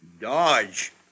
Dodge